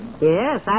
Yes